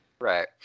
right